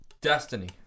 Destiny